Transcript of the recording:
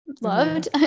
loved